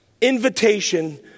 invitation